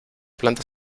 plantas